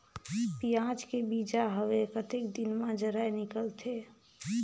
पियाज के बीजा हवे कतेक दिन मे जराई निकलथे?